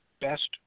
best